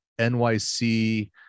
NYC